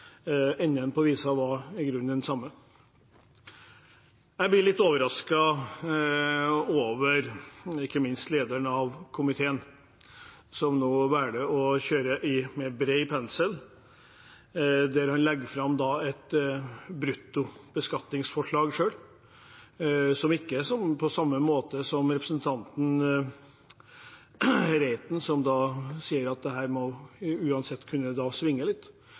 enden på visa den samme. Jeg blir litt overrasket over komiteens leder, som nå velger å male med bred pensel. Han legger fram et bruttobeskatningsforslag selv – ikke på samme måten som representanten Reiten, som sier at dette må uansett kunne svinge litt.